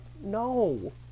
no